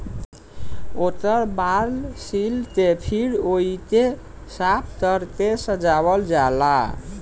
ओकर बाल छील के फिर ओइके साफ कर के सजावल जाला